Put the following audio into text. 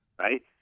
Right